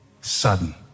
sudden